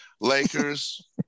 Lakers